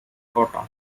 cotton